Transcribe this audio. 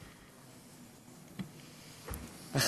תודה,